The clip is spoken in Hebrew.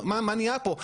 מה נהיה פה".